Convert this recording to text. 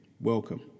Welcome